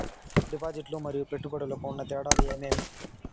డిపాజిట్లు లు మరియు పెట్టుబడులకు ఉన్న తేడాలు ఏమేమీ?